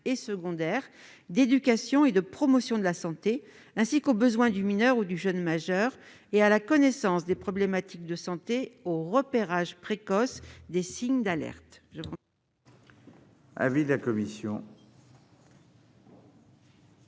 secondaire, d'éducation et de promotion de la santé, ainsi qu'aux besoins du mineur ou du jeune majeur, à la connaissance des problématiques de santé et au repérage précoce des signes d'alertes.